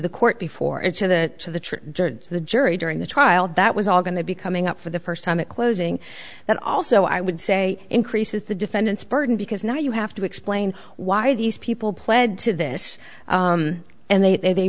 the court before it so that the trick the jury during the trial that was all going to be coming up for the first time in closing that also i would say increases the defendant's burden because now you have to explain why these people pled to this and they